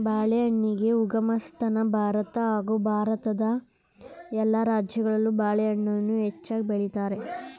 ಬಾಳೆಹಣ್ಣಿಗೆ ಉಗಮಸ್ಥಾನ ಭಾರತ ಹಾಗೂ ಭಾರತದ ಎಲ್ಲ ರಾಜ್ಯಗಳಲ್ಲೂ ಬಾಳೆಹಣ್ಣನ್ನ ಹೆಚ್ಚಾಗ್ ಬೆಳಿತಾರೆ